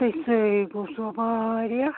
تےَ سُے ہَے گوٚو سُہ وارِیاہ